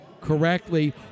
correctly